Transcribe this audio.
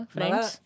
Friends